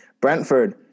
Brentford